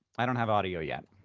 i don't have audio yet.